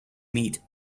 meet